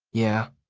yeah.